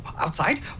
Outside